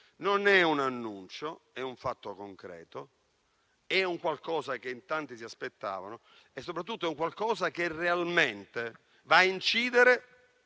non è un annuncio, è un fatto concreto, è qualcosa che in tanti si aspettavano e soprattutto è qualcosa che realmente va a incidere